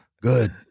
Good